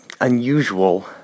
unusual